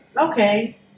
okay